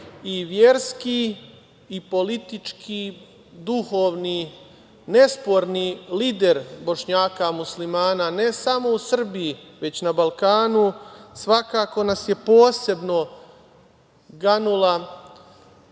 i verski i politički duhovni, nesporni lider Bošnjaka Muslimana, ne samo u Srbiji, već na Balkanu, svakako nas je posebno ganula